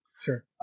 Sure